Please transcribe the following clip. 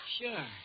Sure